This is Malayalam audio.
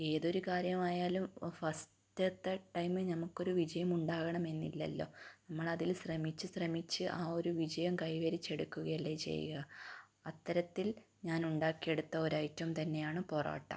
ഏതൊരു കാര്യമായാലും ഫസ്റ്റത്തെ ടൈമിൽ നമുക്കൊരു വിജയം ഉണ്ടാകണമെന്നില്ലല്ലോ നമ്മൾ അതിൽ ശ്രമിച്ച് ശ്രമിച്ച് ആ ഒരു വിജയം കൈവരിച്ചെടുക്കുക അല്ലേ ചെയ്യുക അത്തരത്തിൽ ഞാൻ ഉണ്ടാക്കി എടുത്ത ഒരു ഐറ്റം തന്നെയാണ് പൊറോട്ട